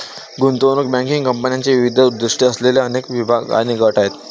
गुंतवणूक बँकिंग कंपन्यांचे विविध उद्दीष्टे असलेले अनेक विभाग आणि गट आहेत